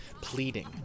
pleading